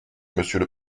monsieur